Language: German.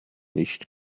nicht